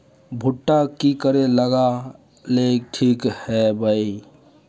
भुट्टा की करे लगा ले ठिक है बय?